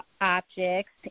Objects